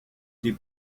die